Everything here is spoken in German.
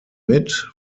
mit